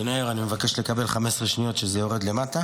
אדוני, אני מבקש לקבל 15 שניות, כשזה יורד למטה